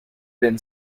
been